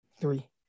Three